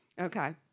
Okay